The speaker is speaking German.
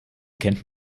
kennt